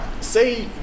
say